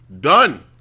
done